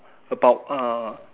about uh